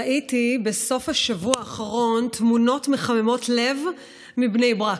ראיתי בסוף השבוע האחרון תמונות מחממות לב מבני ברק,